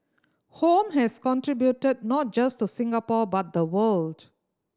home has contributed not just to Singapore but the world